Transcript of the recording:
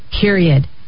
period